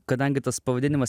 kadangi tas pavadinimas